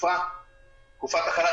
תקופת החל"ת,